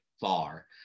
far